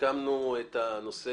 סיכמנו את הנושא